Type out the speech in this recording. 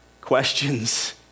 questions